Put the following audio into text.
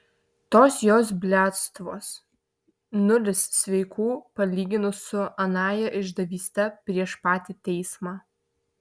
tos jos bliadstvos nulis sveikų palyginus su anąja išdavyste prieš patį teismą